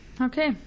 Okay